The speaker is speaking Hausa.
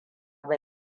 ba